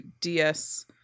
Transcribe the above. DS